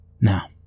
Now